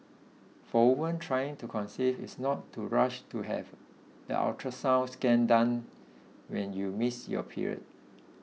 for women trying to conceive is not to rush to have the ultrasound scan done when you miss your period